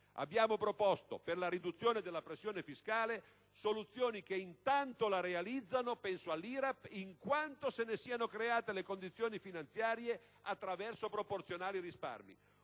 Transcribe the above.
abbiamo proposto - per la riduzione della pressione fiscale - soluzioni che intanto la realizzano (penso all'IRAP), in quanto se ne siano create le condizioni finanziarie, attraverso proporzionali risparmi.